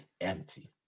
empty